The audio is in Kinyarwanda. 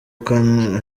kane